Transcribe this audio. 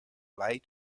light